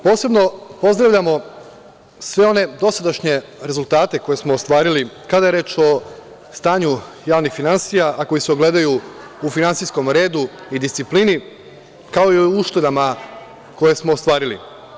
Posebno pozdravljamo sve one dosadašnje rezultate koje smo ostvarili kada je reč o stanju javnih finansija, a koji se ogledaju u finansijskom redu i disciplini, kao i u uštedama koje smo ostvarili.